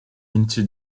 into